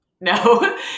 no